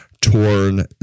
torn